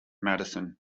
madison